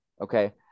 Okay